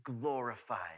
glorified